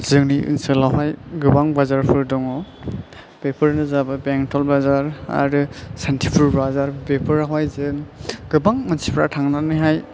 जोंनि आनसोलावहाय गोबां बाजारफोर दङ बेफोरनो जाबाय बेंथल बाजार आरो सानथिपुर बाजार बेफोरावहाय जों गोबां मानसिफ्रा थांनानै हाय